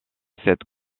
sept